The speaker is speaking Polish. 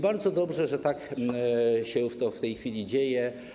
Bardzo dobrze, że tak się w tej chwili dzieje.